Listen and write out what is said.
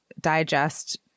digest